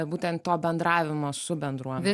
būtent to bendravimo su bendruomene